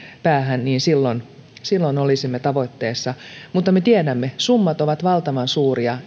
päähän silloin silloin olisimme tavoitteessa mutta me tiedämme että summat ovat valtavan suuria